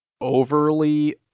overly